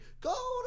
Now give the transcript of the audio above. go